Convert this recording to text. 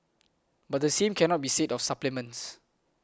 but the same cannot be said of supplements